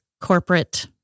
corporate